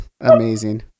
amazing